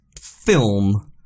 film